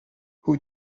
who